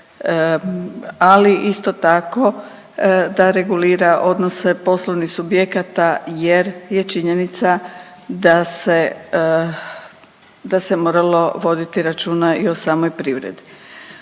ali isto tako da regulira odnose poslovnih subjekata jer je činjenica da se, da se moralo voditi računa i o samoj privredi.